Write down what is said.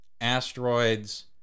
Asteroids